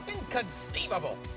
Inconceivable